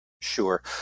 Sure